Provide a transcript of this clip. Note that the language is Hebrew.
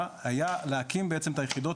כי המטרה הייתה להקים בעצם את יחידות